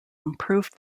improved